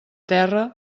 terra